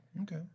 Okay